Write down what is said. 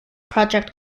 project